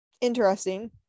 interesting